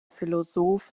philosoph